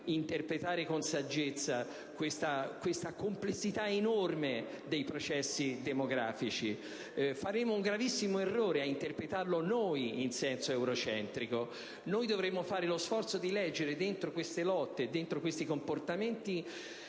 interpretare con saggezza la complessità enorme dei processi demografici. Faremmo un gravissimo errore ad interpretarlo in senso eurocentrico. Noi dovremo fare lo sforzo di leggere dentro queste lotte, dentro questi comportamenti,